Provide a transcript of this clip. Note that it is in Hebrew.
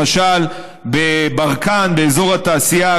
למשל בברקן באזור התעשייה.